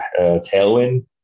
tailwind